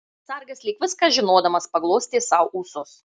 sargas lyg viską žinodamas paglostė sau ūsus